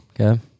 Okay